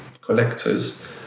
collectors